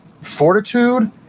fortitude